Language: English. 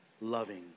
loving